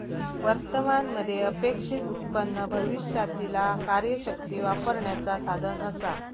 वर्तमान मध्ये अपेक्षित उत्पन्न भविष्यातीला कार्यशक्ती वापरण्याचा साधन असा